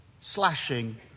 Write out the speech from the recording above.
slashing